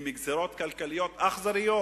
עם גזירות כלכליות אכזריות